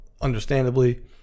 understandably